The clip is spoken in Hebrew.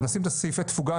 נשים את סעיפי התפוגה,